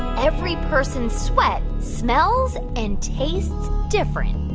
every person's sweat smells and tastes different?